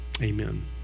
Amen